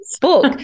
book